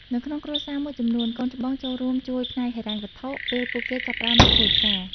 នៅក្នុងគ្រួសារមួយចំនួន កូនច្បងចូលរួមជួយផ្នែកហិរញ្ញវត្ថុ ពេលពួកគេចាប់ផ្តើមធ្វើការ។